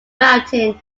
mountain